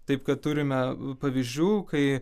taip kad turime pavyzdžių kai